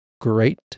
great